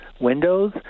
windows